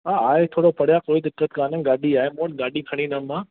हा आहे थोरो परे आहे कोइ दिक़त कोन्हे गाॾी आहे मूं वटि गाॾी खणी ईंदमि मां